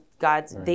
God's